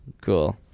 Cool